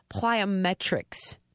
plyometrics